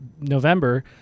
November